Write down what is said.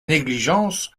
négligence